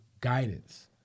guidance